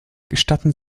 gestatten